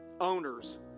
owners